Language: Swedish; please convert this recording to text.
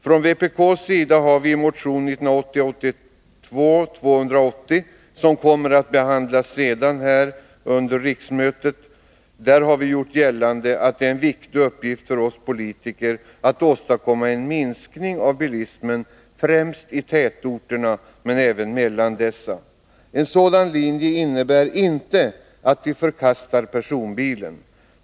Från vpk:s sida har vi i motion 1981/82:280, som kommer att behandlas senare under riksmötet, gjort gällande att det är en viktig uppgift för oss politiker att åstadkomma en minskning av bilismen, främst i tätorterna, men även mellan dessa. En sådan linje innebär inte att vi förkastar personbilen.